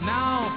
now